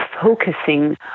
focusing